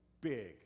big